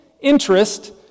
interest